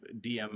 DM